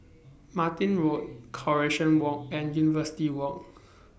Martin Road Coronation Walk and University Walk